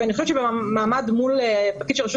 ואני חושבת שבמעמד מול הפקיד של רשות